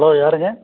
hello யாருங்க